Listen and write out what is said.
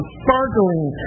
sparkling